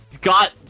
got